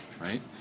right